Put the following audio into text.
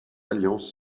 alliance